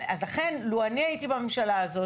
אז לכן לו אני הייתי בממשלה הזאת,